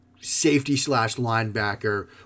safety-slash-linebacker